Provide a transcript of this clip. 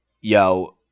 yo